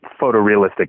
photorealistic